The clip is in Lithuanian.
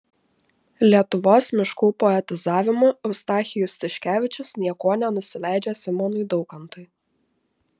lietuvos miškų poetizavimu eustachijus tiškevičius niekuo nenusileidžia simonui daukantui